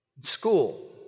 school